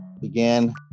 began